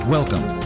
Welcome